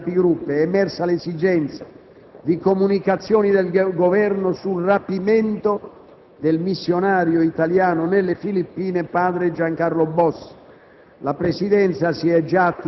Nel corso della Conferenza dei Capigruppo è emersa l'esigenza di comunicazioni del Governo sul rapimento del missionario italiano nelle Filippine, padre Giancarlo Bossi.